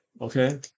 okay